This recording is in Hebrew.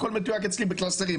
הכול מתויק אצלי בקלסרים,